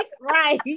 Right